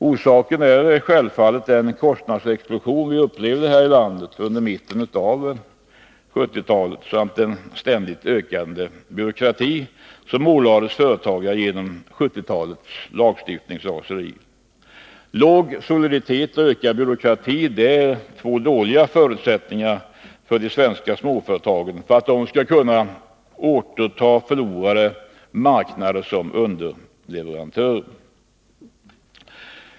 Orsaken är självfallet den kostnadsexplosion vi upplevde här i landet under mitten av 1970-talet samt den ständigt ökande byråkrati som ålades företagare genom 1970-talets lagstiftningsraseri. Låg soliditet och ökad byråkrati är två dåliga förutsättningar för att de svenska småföretagen skall kunna återta förlorade marknader som underleverantörer.